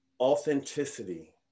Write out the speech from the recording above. authenticity